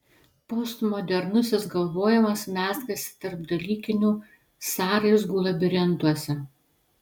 postmodernusis galvojimas mezgasi tarpdalykinių sąraizgų labirintuose